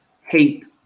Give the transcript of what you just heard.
hate